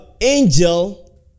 angel